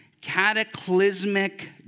cataclysmic